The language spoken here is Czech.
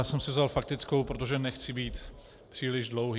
Já jsem si vzal faktickou, protože nechci být příliš dlouhý.